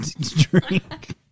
Drink